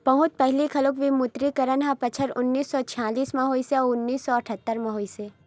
बहुत पहिली घलोक विमुद्रीकरन ह बछर उन्नीस सौ छियालिस म होइस अउ उन्नीस सौ अठत्तर म होइस हे